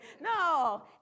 No